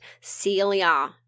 Celia